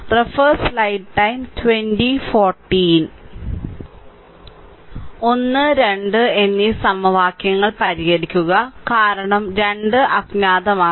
1 2 എന്നീ സമവാക്യങ്ങൾ പരിഹരിക്കുക കാരണം 2 അജ്ഞാതമാണ്